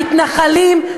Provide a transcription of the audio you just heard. המתנחלים,